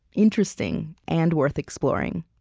interesting, and worth exploring